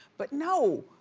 but no!